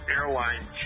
Airline